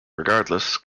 regardless